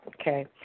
okay